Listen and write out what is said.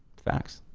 facts.